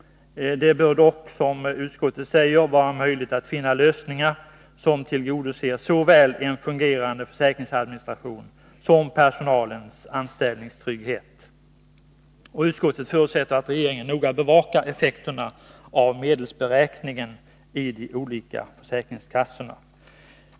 Det bör dock, som utskottet säger, vara möjligt att finna lösningar som tillgodoser intresset av såväl en fungerande försäkringsadministration som anställningstrygghet för personalen. Utskottet förutsätter att regeringen noga bevakar effekterna av medelsberäkningen i de olika försäkringskassorna.